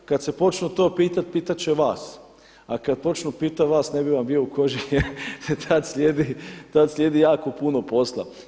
Kada se počnu to pitati pitat će vas, a kada počnu pitati vas ne bi vam bio u koži jel tada slijedi jako puno posla.